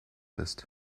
ist